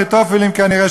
אחיתופלים כנראה,